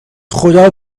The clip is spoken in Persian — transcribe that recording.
خدا